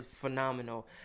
phenomenal